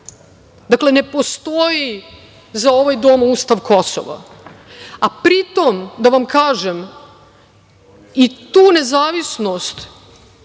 Dakle, ne postoji za ovaj Dom ustav Kosova, a pri tom, da vam kažem, i tu nezavisnost